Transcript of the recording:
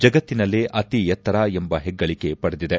ಜಗತ್ತಿನಲ್ಲೇ ಅತಿ ಎತ್ತರ ಎಂಬ ಹೆಗ್ಗಳಿಕೆ ಪಡೆದಿದೆ